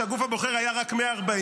שהגוף הבוחר היה רק 140,